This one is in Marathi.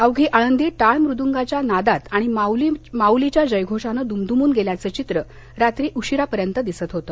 अवघी आळंदी टाळ मुदंगाच्या नादात आणि माउली माउली च्या जयघोषाने द्मद्मून गेल्याच चित्र रात्री उशिरापर्यंत दिसत होत